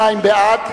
22 בעד,